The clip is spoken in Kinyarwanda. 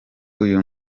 uyu